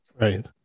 right